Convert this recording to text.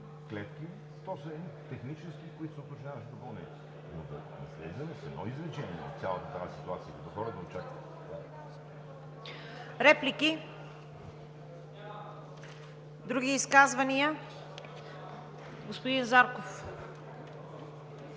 Не виждам. Други изказвания? Господин Зарков.